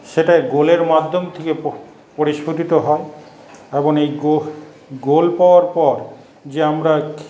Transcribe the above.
সেটা এই গোলের মাধ্যম থেকে পরিস্ফুটিত হয় এবং এই গো গোল পাওয়ার পর যে আমরা